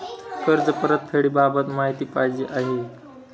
कर्ज परतफेडीबाबत माहिती पाहिजे आहे